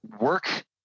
work